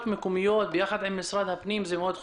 מקומיות ביחד עם משרד הפנים זה מאוד חשוב.